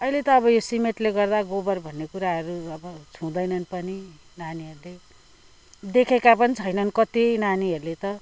अहिले त अब यो सिमन्टले गर्दा गोबर भन्ने कुराहरू अब छुँदैनन पनि नानीहरूले देखेका पनि कति नानीहरूले त